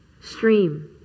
stream